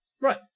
Right